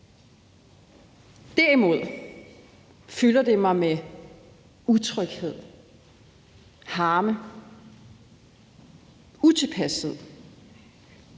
Derimod fylder det mig med utryghed, harme, utilpashed,